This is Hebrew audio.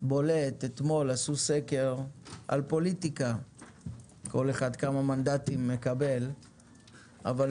10:00.